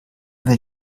will